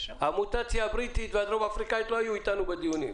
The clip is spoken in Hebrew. המוטציה הבריטית והדרום אפריקאית לא היו אתנו בדיונים.